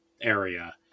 area